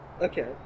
Okay